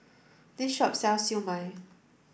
this shop sells Siew Mai